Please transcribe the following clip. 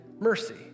mercy